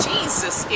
Jesus